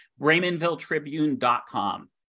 raymondvilletribune.com